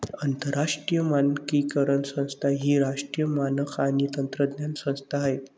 आंतरराष्ट्रीय मानकीकरण संस्था ही राष्ट्रीय मानक आणि तंत्रज्ञान संस्था आहे